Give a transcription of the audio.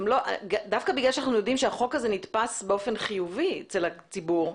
דווקא בגלל שאנחנו יודעים שהחוק הזה נתפס באופן חיובי אצל הציבור,